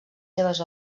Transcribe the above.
seves